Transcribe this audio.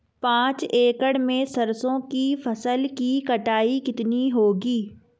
पांच एकड़ में सरसों की फसल की कटाई कितनी होगी?